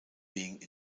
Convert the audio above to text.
being